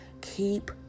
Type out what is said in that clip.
keep